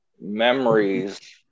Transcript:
memories